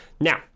Now